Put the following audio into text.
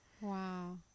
wow